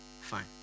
fine